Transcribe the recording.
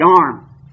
arm